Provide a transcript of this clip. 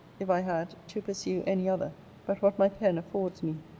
if i had, to pursue any other but what my pen affords me.